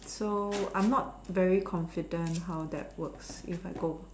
so I'm not very confident how that work if I go